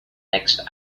next